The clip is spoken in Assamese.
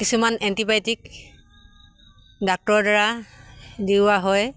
কিছুমান এণ্টিবায়'টিক ডাক্টৰৰ দ্বাৰা দিওৱা হয়